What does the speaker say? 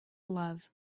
love